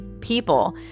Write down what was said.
people